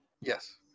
Yes